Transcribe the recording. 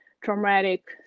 traumatic